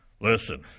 listen